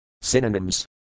Synonyms